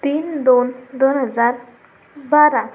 तीन दोन दोन हजार बारा